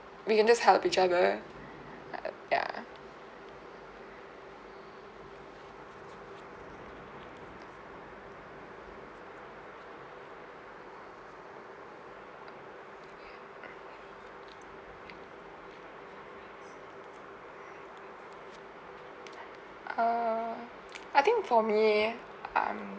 we can just help each other err ya err I think for me um